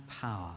power